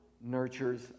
nurtures